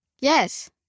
Yes